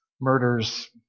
Murders